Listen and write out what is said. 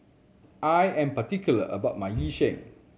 I am particular about my Yu Sheng